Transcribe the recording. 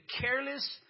careless